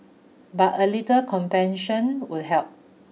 but a little compassion would help